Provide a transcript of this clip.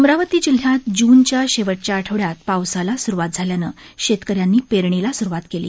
अमरावती जिल्ह्यात जूनच्या शेवटच्या आठवड्यात पावसाला स्रवात झाल्यानं शेतकऱ्यांनी पेरणीला सुरुवात केली